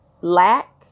lack